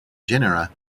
genera